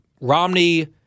Romney